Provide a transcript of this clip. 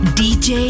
dj